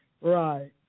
Right